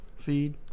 feed